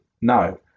no